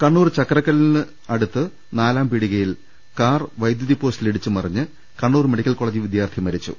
കണ്ണൂർ ചക്കരക്കല്ലിനടുത്ത് നാലാംപീടികയിൽ കാർ വൈദ്യുതി പോസ്റ്റിലിടിച്ച് മറിഞ്ഞ് കണ്ണൂർ മെഡിക്കൽ കോളജ് വിദ്യാർഥി മരി ച്ചു